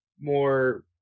more